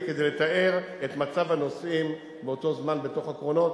כדי לתאר את מצב הנוסעים באותו זמן בתוך הקרונות,